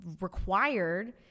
required